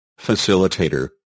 Facilitator